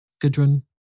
Gudrun